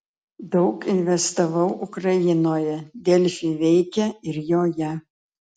daug investavau ukrainoje delfi veikia ir joje